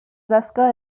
tasca